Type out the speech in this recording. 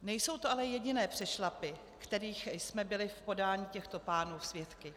Nejsou to ale jediné přešlapy, kterých jsme byli v podání těchto pánů svědky.